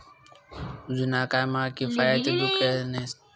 जुना काय म्हा किफायती दुकानेंसनी जास्ती गरज व्हती